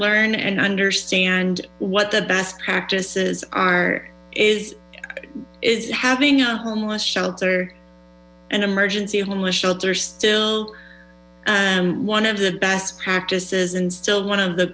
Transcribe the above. learn and understand what the best practice is are is is having a homeless shelter an emergency a homeless shelter still one of the best practices and still one of the